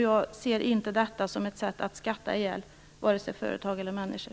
Jag ser inte detta som ett sätt att skatta ihjäl vare sig företag eller människor.